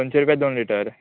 दोनशी रुपया दोन लिटर